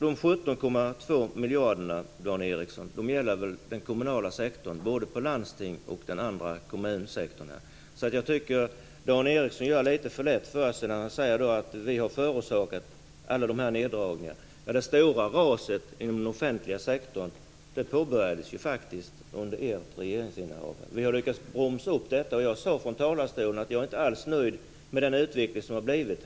De 17,2 miljarderna, Dan Ericsson, gäller väl både landstingen och kommunsektorn? Dan Ericsson gör det litet lätt för sig när han säger att vi har förorsakat alla de här neddragningarna. Det stora raset inom den offentliga sektorn påbörjades ju faktiskt under ert regeringsinnehav. Vi har lyckats bromsa upp detta. Jag sade från talarstolen att jag inte alls är nöjd med den utvecklingen som har blivit.